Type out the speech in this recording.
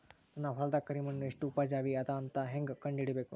ನನ್ನ ಹೊಲದ ಕರಿ ಮಣ್ಣು ಎಷ್ಟು ಉಪಜಾವಿ ಅದ ಅಂತ ಹೇಂಗ ಕಂಡ ಹಿಡಿಬೇಕು?